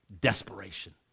Desperation